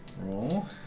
Roll